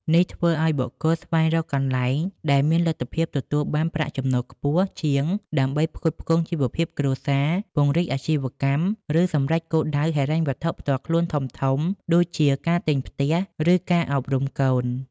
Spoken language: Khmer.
នេះធ្វើឱ្យបុគ្គលស្វែងរកកន្លែងដែលមានលទ្ធភាពទទួលបានប្រាក់ចំណូលខ្ពស់ជាងដើម្បីផ្គត់ផ្គង់ជីវភាពគ្រួសារ ពង្រីកអាជីវកម្ម ឬសម្រេចគោលដៅហិរញ្ញវត្ថុផ្ទាល់ខ្លួនធំៗដូចជា ការទិញផ្ទះ ឬការអប់រំកូន។